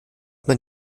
man